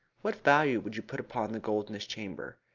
what value would you put upon the gold in this chamber?